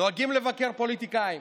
נוהגים לבקר פוליטיקאים.